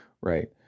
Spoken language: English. right